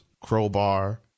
crowbar